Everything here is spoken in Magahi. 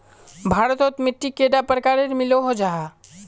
भारत तोत मिट्टी कैडा प्रकारेर मिलोहो जाहा?